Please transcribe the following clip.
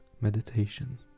meditation